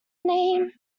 name